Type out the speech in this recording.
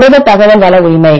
புரத தகவல் வள உரிமை